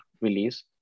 release